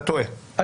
אתה טועה,